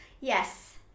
yes